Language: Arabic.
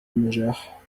النجاح